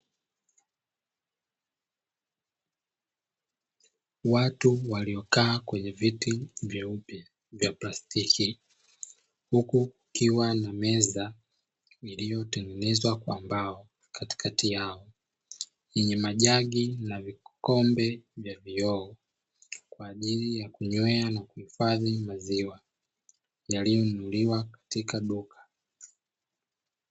Watu waliokaa kwenye viti vyeupe vya plastiki, huku kukiwa na meza iliyotengenezwa kwa mbao katikati yao yenye majagi na vikombe vya vioo, kwa ajili ya kunywea na kuhifadhi maziwa yaliyonunuliwa katika duka.